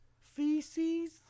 feces